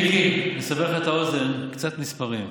מיקי, לסבר לך את האוזן, קצת מספרים: